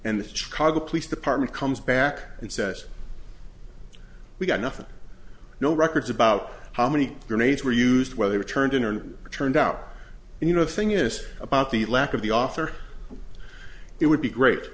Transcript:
and the chicago police department comes back and says we got nothing no records about how many grenades were used whether turned in or turned out you know the thing is about the lack of the author it would be great